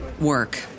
work